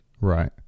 Right